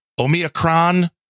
omicron